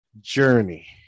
journey